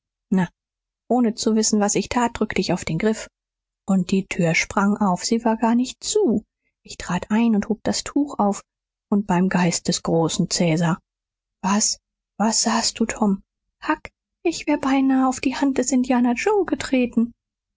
ohne zu wissen was ich tat drückte ich auf den griff und die tür sprang auf sie war gar nicht zu ich trat ein und hob das tuch auf und beim geist des großen cäsar was was sahst du tom huck ich wär beinahe auf die hand des indianer joe getreten